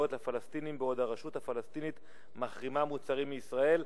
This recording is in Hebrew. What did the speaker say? לפלסטינים בעוד הרשות הפלסטינית מחרימה מוצרים מישראל,